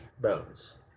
bones